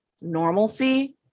normalcy